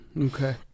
Okay